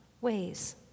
ways